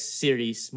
series